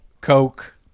Coke